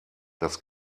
das